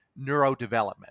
neurodevelopment